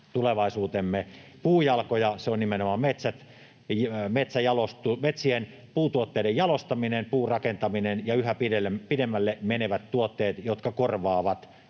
tulevaisuutemme puujalkoja. Nimenomaan metsät, metsien, puutuotteiden jalostaminen, puurakentaminen ja yhä pidemmälle menevät tuotteet korvaavat